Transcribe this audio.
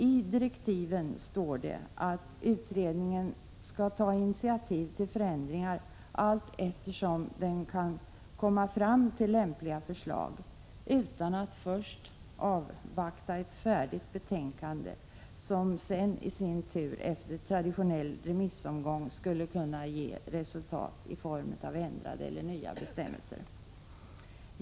I direktiven står det att utredningen skall ta initiativ till förändringar allteftersom man kommer fram till lämpliga förslag, utan att man först avvaktar ett färdigt betänkande som sedan i sin tur efter traditionell remissomgång skall kunna ge resultat i form av ändrade eller nya bestämmelser.